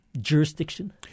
jurisdiction